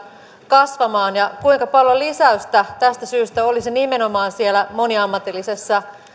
kasvamaan ja kuinka paljon lisäystä tästä syystä olisi nimenomaan siellä moniammatillisessa